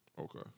Okay